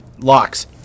locks